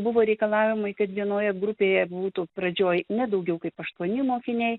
buvo reikalavimai kad vienoje grupėje būtų pradžioj ne daugiau kaip aštuoni mokiniai